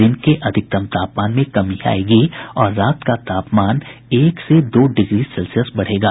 दिन के अधिकतम तापमान में कमी आयेगी और रात का तापमान एक से दो डिग्री सेल्सियस बढ़ेगा